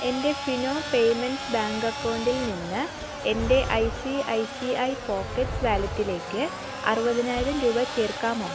എൻ്റെ Fino payments bank അക്കൗണ്ടിൽ നിന്ന് എൻ്റെ I C I C I pockets വാലറ്റിലേക്ക് അറുപതിനായിരം രൂപ ചേർക്കാമോ